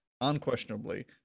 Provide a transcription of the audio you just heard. unquestionably